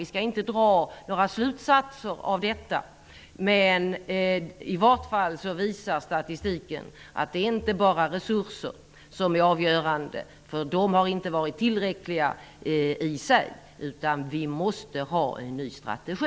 Vi skall inte dra några slutsatser av detta, men statistiken visar i alla fall att det inte bara är resurser som är avgörande. De har inte varit tillräckliga i sig. Vi måste ha en ny strategi.